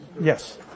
Yes